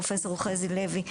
פרופ' חזי לוי,